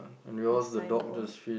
the signboard